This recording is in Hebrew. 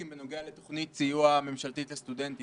לגבי תוכנית סיוע ממשלתית לסטודנטים.